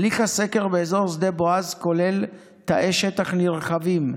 הליך הסקר באזור שדה בועז כולל תאי שטח נרחבים,